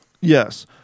Yes